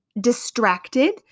distracted